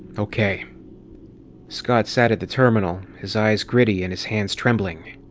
okay scott sat at the terminal, his eyes gritty and his hands trembling.